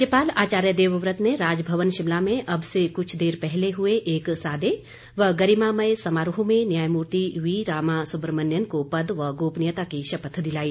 राज्यपाल आचार्य देवव्रत ने राजभवन शिमला में अब से कुछ देर पहले हुए एक सादे व गरिमामय समारोह में न्यायमूर्ति वी रामासुब्रमण्यन को पद व गोपनियता की शपथ दिलाई